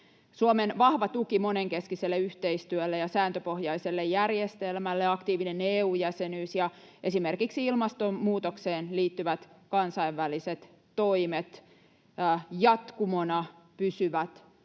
Suomen vahva tuki monenkeskiselle yhteistyölle ja sääntöpohjaiselle järjestelmälle, aktiivinen EU-jäsenyys ja esimerkiksi ilmastonmuutokseen liittyvät kansainväliset toimet jatkumona pysyvät